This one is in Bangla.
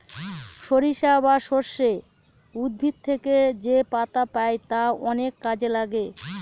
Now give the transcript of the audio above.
সরিষা বা সর্ষে উদ্ভিদ থেকে যেপাতা পাই তা অনেক কাজে লাগে